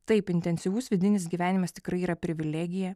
taip intensyvus vidinis gyvenimas tikrai yra privilegija